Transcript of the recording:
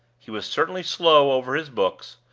he was certainly slow over his books,